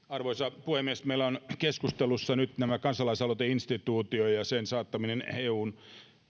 arvoisa puhemies meillä on keskustelussa nyt tämä kansalaisaloiteinstituutio ja sen saattaminen eun